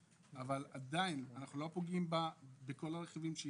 אבל כן תהיה הפרשה פנסיונית גם על הרכיבים המוחרגים.